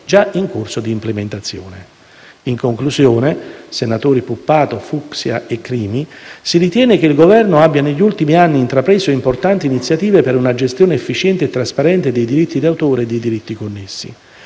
già in corso di implementazione. In conclusione, in risposta ai senatori interroganti e interpellanti, si ritiene che il Governo abbia negli ultimi anni intrapreso importanti iniziative per una gestione efficiente e trasparente dei diritti d'autore e dei diritti connessi.